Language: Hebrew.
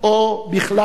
או בכלל לא.